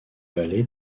vallée